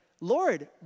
Lord